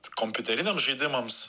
kompiuteriniams žaidimams